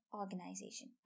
organization